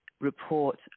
report